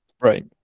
Right